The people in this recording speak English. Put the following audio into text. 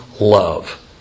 love